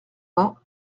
vingt